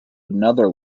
another